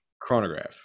chronograph